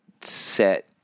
set